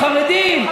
החרדים,